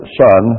son